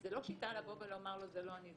זו לא שיטה לומר לו: זה לא אני,